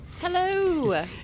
Hello